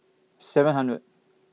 seven hundred